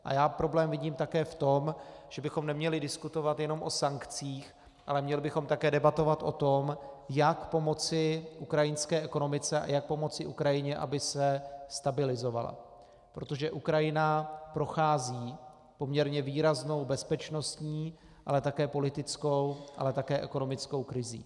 A já vidím problém také v tom, že bychom neměli diskutovat jenom o sankcích, ale měli bychom také debatovat o tom, jak pomoci ukrajinské ekonomice a jak pomoci Ukrajině, aby se stabilizovala, protože Ukrajina prochází poměrně výraznou bezpečnostní, ale také politickou, ale také ekonomickou krizí.